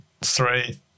Three